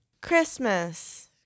Christmas